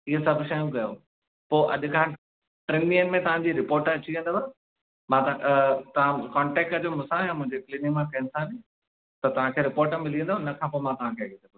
इहे सभु शयूं कयो पोइ अॼ खां टिनि ॾींहंनि में तव्हांजी रिपोर्ट अची वेंदव मां त तव्हां कॉन्टैक्ट कॼो मूंसा या मुंहिंजे क्लीनिक मां कंहिंसां बि त तव्हांखे रिपोर्ट मिली वेंदव हुनखां पोइ मां तव्हांखे अॻिते ॿुधाईंदुसि